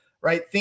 right